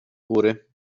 góry